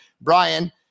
Brian